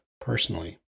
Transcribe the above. personally